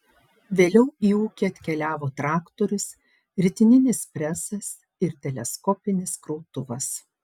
vėliau į ūkį atkeliavo traktorius ritininis presas ir teleskopinis krautuvas